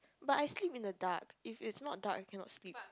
but I sleep in the dark if it's not dark I cannot sleep